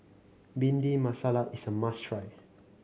Bhindi Masala is a must try